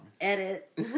Edit